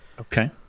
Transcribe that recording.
Okay